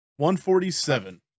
147